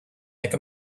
make